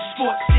Sports